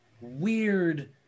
weird